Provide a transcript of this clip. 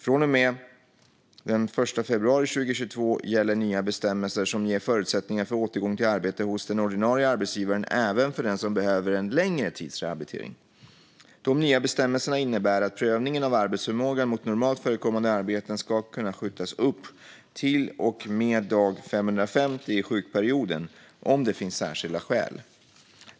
Från och med den 1 februari 2022 gäller nya bestämmelser som ger förutsättningar för återgång till arbete hos den ordinarie arbetsgivaren även för den som behöver en längre tids rehabilitering. De nya bestämmelserna innebär att prövningen av arbetsförmågan mot normalt förekommande arbeten ska kunna skjutas upp till och med dag 550 i sjukperioden om det finns särskilda skäl.